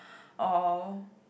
or